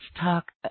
talk